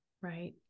Right